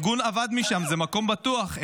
הארגון עבד איתנו, זה מקום בטוח.